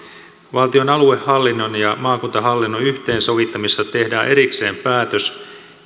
valtion aluehallinnon ja maakuntahallinnon yhteensovituksesta tehdään erikseen päätös